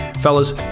fellas